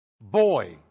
boy